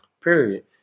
Period